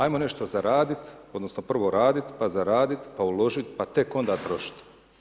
Ajmo nešto zaraditi, odnosno prvo raditi pa zaraditi, pa uložiti pa tek onda trošiti.